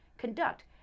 conduct